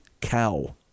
cow